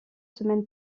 semaines